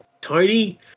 Tony